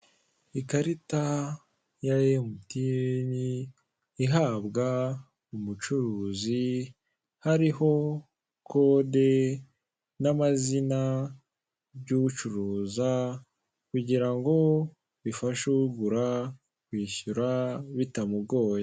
Ikarita ya MTN, ihabwa umucuruzi hariho kode n'amazina by'ubucuruza kugira ngo bifashe ugura kwishyura bitamugoye.